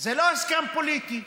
זה לא הסכם פוליטי.